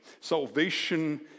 Salvation